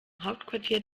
hauptquartier